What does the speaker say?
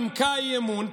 נימקה אי-אמון,